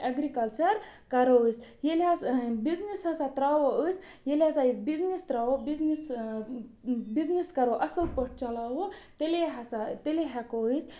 agriculture کَرو أسۍ ییٚلہِ حظ بِزنِس ہَسا ترٛاوو أسۍ ییٚلہِ ہَسا أسۍ بِزنِس ترٛاوو بِزنِس بِزنِس کَرو اَصٕل پٲٹھۍ چَلاوو تیٚلے ہَسا تیٚلہِ ہٮ۪کو أسۍ